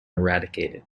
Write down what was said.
eradicated